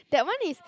that one is